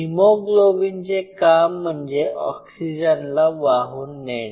हीमोग्लोबिनचे काम म्हणजे ऑक्सीजनला वाहून नेणे